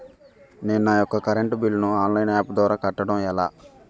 నేను నా యెక్క ఇంటి కరెంట్ బిల్ ను ఆన్లైన్ యాప్ ద్వారా కట్టడం ఎలా?